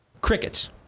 crickets